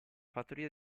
fattoria